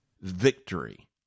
victory